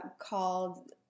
called